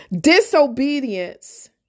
Disobedience